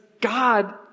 God